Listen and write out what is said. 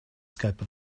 scope